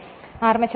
അത് പിന്നീട് കാണാം